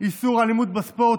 איסור אלימות בספורט,